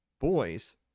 Boys